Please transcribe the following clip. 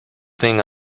thing